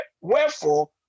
Wherefore